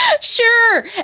Sure